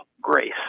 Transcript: Grace